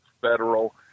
federal